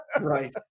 right